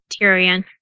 Tyrion